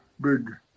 big